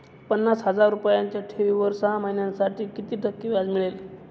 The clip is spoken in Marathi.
पन्नास हजार रुपयांच्या ठेवीवर सहा महिन्यांसाठी किती टक्के व्याज मिळेल?